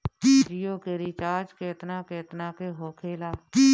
जियो के रिचार्ज केतना केतना के होखे ला?